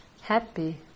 happy